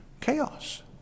chaos